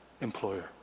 employer